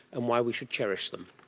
and why we should cherish them.